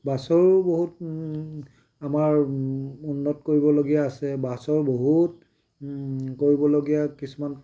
বাছৰো বহুত আমাৰ উন্নত কৰিবলগীয়া আছে বাছৰ বহুত কৰিবলগীয়া কিছুমান